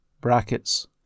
Brackets